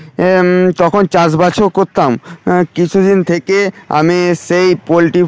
তখন চাষবাসও করতাম কিছুদিন থেকে আমি সেই পোলট্রি